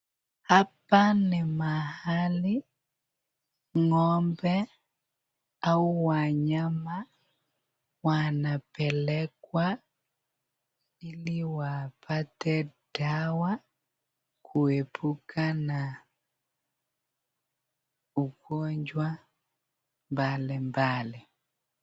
Hapa ni mahali ng'ombe au wanyama wanapelekwa ili wapate dawa kuepuka na ugonjwa mbalimbali.